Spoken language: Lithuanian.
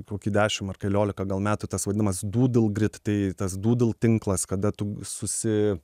kokį dešimt ar keliolika gal metų tas vadinamas dūdl grid tai tas dūdl tinklas kada tu susi